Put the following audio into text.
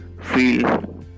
Feel